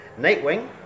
Nightwing